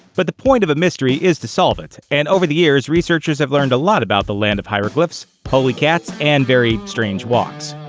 but the point of a mystery is to solve it, and over the years researchers have learned a lot about the land of hieroglyphs, holy cats, and very strange walks.